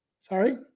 Sorry